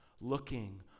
looking